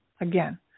Again